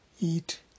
eat